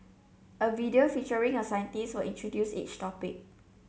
a video featuring a scientist will introduce each topic